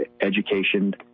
education